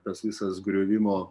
tas visas griovimo